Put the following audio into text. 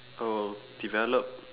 oh develop